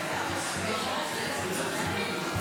זו הפעם השנייה שאני מוציא אותך.